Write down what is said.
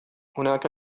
هناك